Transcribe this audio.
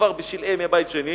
כבר בשלהי ימי הבית השני,